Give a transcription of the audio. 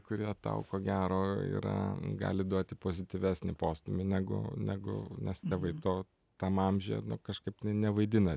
kurie tau ko gero yra gali duoti pozityvesnį postūmį negu negu nes tėvai to tam amžiuje kažkaip tai nevaidina